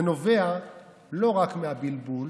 זה נובע לא רק מהבלבול,